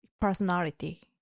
personality